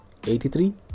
83